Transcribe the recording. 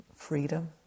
freedom